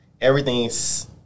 Everything's